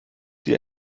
sie